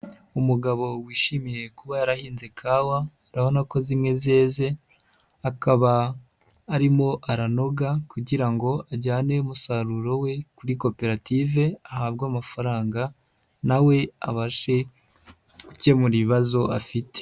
Umugabo wishimiye kuba yarahinze kawa urabona ko zimwe zeze akaba arimo aranoga kugira ngo ajyane umusaruro we kuri koperative ahabwe amafaranga na we abashe gukemura ibibazo afite.